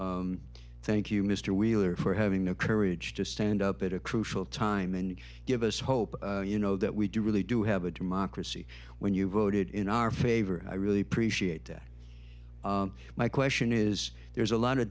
thank you mr wheeler for having the courage to stand up at a crucial time and give us hope you know that we do really do have a democracy when you voted in our favor and i really appreciate that my question is there's a lot of